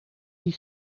die